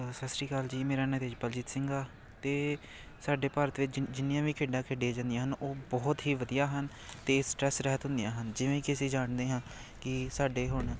ਸਤਿ ਸ਼੍ਰੀ ਅਕਾਲ ਜੀ ਮੇਰਾ ਨਾਂ ਤੇਜਪਾਲਜੀਤ ਸਿੰਘ ਆ ਅਤੇ ਸਾਡੇ ਭਾਰਤ ਵਿੱਚ ਜਿ ਜਿੰਨੀਆਂ ਵੀ ਖੇਡਾਂ ਖੇਡੀਆਂ ਜਾਂਦੀਆਂ ਹਨ ਉਹ ਬਹੁਤ ਹੀ ਵਧੀਆ ਹਨ ਅਤੇ ਸਟਰੈੱਸ ਰਹਿਤ ਹੁੰਦੀਆਂ ਹਨ ਜਿਵੇਂ ਕਿ ਅਸੀਂ ਜਾਣਦੇ ਹਾਂ ਕਿ ਸਾਡੇ ਹੁਣ